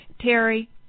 Terry